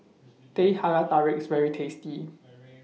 Teh Halia Tarik IS very tasty